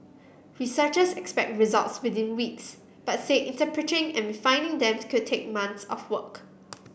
researchers expect results within weeks but say interpreting and refining them could take months of work